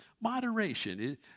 Moderation